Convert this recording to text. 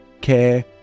care